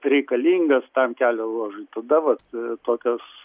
reikalingas tam kelio ruožui tada vat tokios